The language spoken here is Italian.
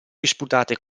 disputate